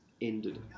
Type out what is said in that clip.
ended